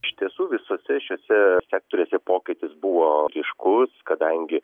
iš tiesų visuose šiuose sektoriuose pokytis buvo ryškus kadangi